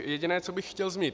Jediné, co bych chtěl zmínit.